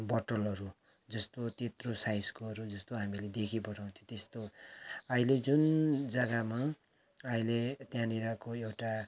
बोतलहरू जस्तो त्यत्रो साइजकोहरू जस्तो हामीले देखिपठाउँथ्यौँ त्यस्तो अहिले जुन जग्गामा अहिले त्यहाँनिरको एउटा